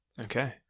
Okay